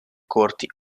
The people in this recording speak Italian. corti